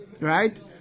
Right